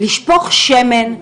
לשפוך שמן,